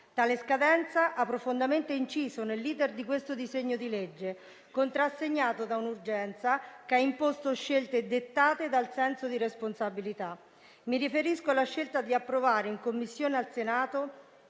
Tale scadenza ha profondamente inciso sull'*iter* di questo disegno di legge, contrassegnato da un'urgenza che ha imposto scelte dettate dal senso di responsabilità. Mi riferisco alla scelta di approvare, in Commissione al Senato,